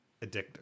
addictive